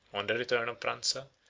on the return of phranza,